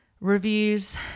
reviews